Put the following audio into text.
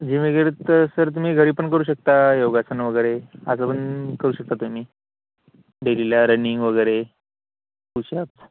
gym वगैरे तर sir तुम्ही घरी पण करू शकता योगासन वगैरे असं पण करू शकता तुम्ही डेलीला रनिंग वगैरे पुश अप